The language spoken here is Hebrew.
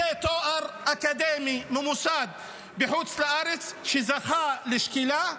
תואר אקדמי ממוסד בחוץ לארץ שזכה לשקילה,